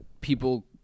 people